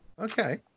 Okay